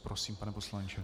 Prosím, pane poslanče.